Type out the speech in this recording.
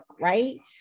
right